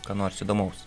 ką nors įdomaus